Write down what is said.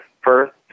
first